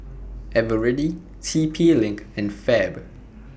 Eveready T P LINK and Fab